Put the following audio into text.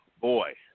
boy